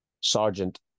Sergeant